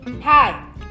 Hi